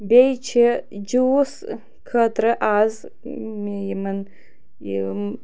بیٚیہِ چھِ جوٗس خٲطرٕ آز مےٚ یِمَن یِم